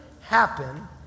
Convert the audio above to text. happen